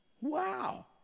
Wow